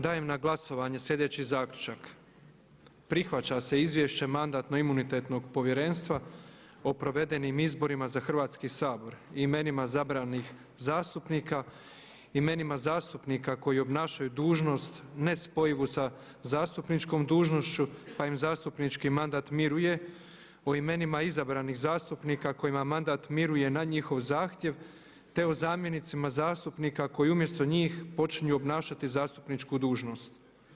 Dajem na glasovanje sljedeći zaključak: Prihvaća se izvješće Mandatno-imunitetnog povjerenstva o provedenim izborima za Hrvatski sabor i imenima izabranih zastupnika, imenima zastupnika koji obnašaju dužnost nespojivu sa zastupničkom dužnošću pa im zastupnički mandat miruje, o imenima izabranih zastupnika kojima mandat miruje na njihov zahtjev, te o zamjenicima zastupnika koji umjesto njih počinju obnašati zastupničku dužnost.